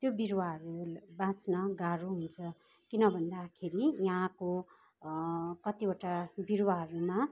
त्यो बिरुवाहरू बाँच्नु गाह्रो हुन्छ किन भन्दाखेरि यहाँको कतिवटा बिरुवाहरूमा